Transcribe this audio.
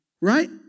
Right